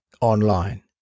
online